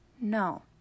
No